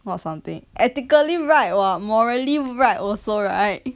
or something ethically right what morally right also right